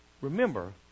remember